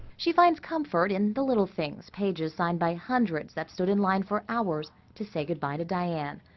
she finds comfort in the little things, pages signed by hundreds that stood in line for hours to say goodbye to diane.